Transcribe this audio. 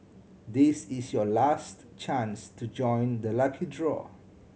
this is your last chance to join the lucky draw